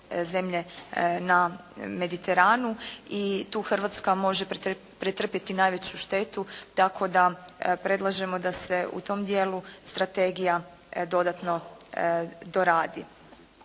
na Mediteranu i tu Hrvatska može pretrpjeti najveću štetu tako da predlažemo da se u tom dijelu strategija dodatno to radi.